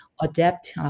adapt